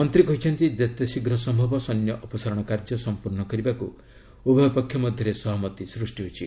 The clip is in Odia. ମନ୍ତ୍ରୀ କହିଛନ୍ତି ଯେତେଶୀଘ୍ର ସମ୍ଭବ ସୈନ୍ୟ ଅପସାରଣ କାର୍ଯ୍ୟ ସମ୍ପର୍ଣ୍ଣ କରିବାକୁ ଉଭୟ ପକ୍ଷ ମଧ୍ୟରେ ସହମତି ସୃଷ୍ଟି ହୋଇଛି